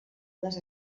les